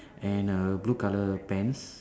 and a blue color pants